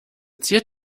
ziert